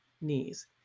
knees